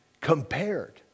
compared